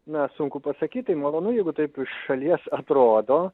na sunku pasakyti tai malonu jeigu taip iš šalies atrodo